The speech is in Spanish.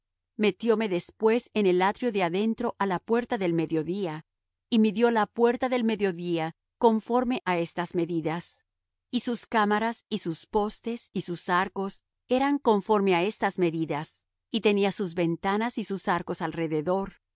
codos metióme después en el atrio de adentro á la puerta del mediodía y midió la puerta del mediodía conforme á estas medidas y sus cámaras y sus postes y sus arcos eran conforme á estas medidas y tenía sus ventanas y sus arcos alrededor